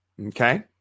Okay